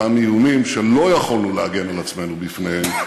אותם איומים שלא יכולנו להגן על עצמנו מפניהם